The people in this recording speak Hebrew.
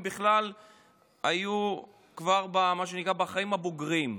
אם בכלל היו כבר בחיים הבוגרים.